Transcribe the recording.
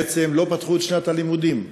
בעצם לא פתחו את שנת הלימודים.